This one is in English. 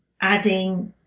adding